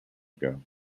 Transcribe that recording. ago